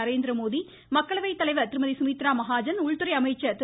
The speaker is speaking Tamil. நரேந்திர மோடி மக்களைவைத் தலைவர் திருமதி சுமித்ரா மஹாஜன் உள்துறை அமைச்சர் திரு